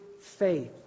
faith